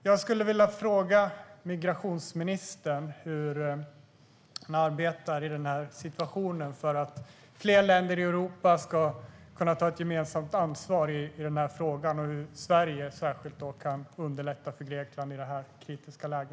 Jag skulle vilja fråga migrationsministern hur han arbetar i den här situationen för att fler länder i Europa ska kunna ta ett gemensamt ansvar i frågan och hur Sverige särskilt kan underlätta för Grekland i detta kritiska läge.